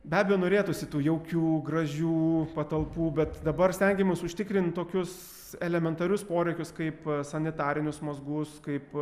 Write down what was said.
be abejo norėtųsi tų jaukių gražių patalpų bet dabar stengiamės užtikrint tokius elementarius poreikius kaip sanitarinius mazgus kaip